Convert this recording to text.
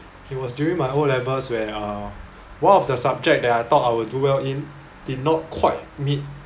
it was during my O levels where uh one of the subjects that I thought I will do well in did not quite meet